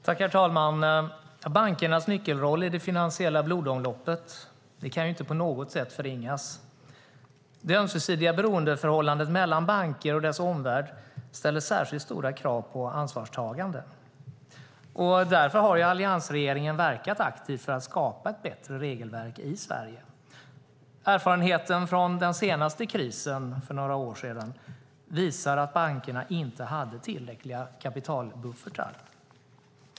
Herr talman! Bankernas nyckelroll i det finansiella blodomloppet kan inte på något sätt förringas. Det ömsesidiga beroendeförhållandet mellan banker och deras omvärld ställer särskilt stora krav på ansvarstagande. Därför har alliansregeringen verkat aktivt för att skapa ett bättre regelverk i Sverige. Erfarenheten från den senaste krisen för några år sedan visar att bankerna inte hade tillräckliga kapitalbuffertar.